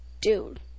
dude